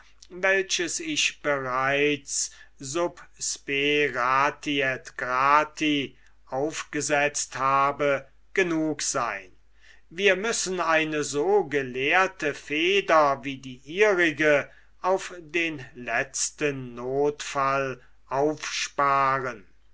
welches ich bereits sub spe rati et grati aufgesetzt habe genug sein wir müssen eine so gelehrte feder wie die ihrige auf den letzten notfall aufsparen